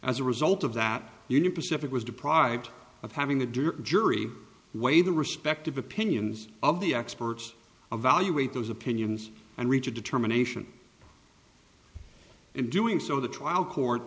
as a result of that union pacific was deprived of having a dirt jury weigh the respective opinions of the experts evaluate those opinions and reach a determination in doing so the trial court